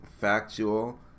factual